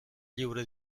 lliure